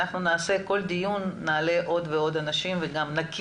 ואז נדע איך אנחנו מתקדמים אחר כך גם מול האוצר וכך אנחנו נתקדם.